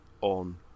on